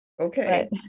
Okay